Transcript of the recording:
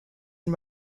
and